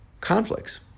conflicts